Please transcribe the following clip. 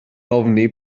ofni